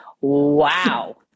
Wow